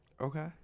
Okay